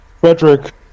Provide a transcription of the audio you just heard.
Frederick